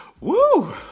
woo